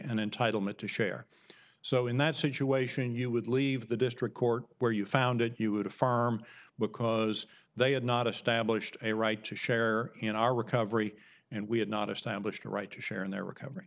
an entitlement to share so in that situation you would leave the district court where you found it you had a farm because they had not established a right to share in our recovery and we had not established a right to share in their recovery